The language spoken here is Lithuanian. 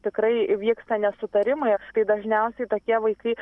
tikrai vyksta nesutarimai tai dažniausiai tokie vaikai